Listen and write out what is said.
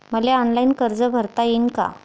मले ऑनलाईन कर्ज भरता येईन का?